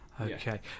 Okay